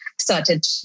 started